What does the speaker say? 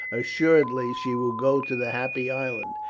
assuredly she will go to the happy island,